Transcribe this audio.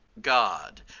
God